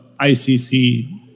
ICC